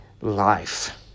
life